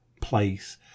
place